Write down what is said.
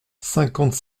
cinquante